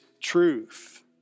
truth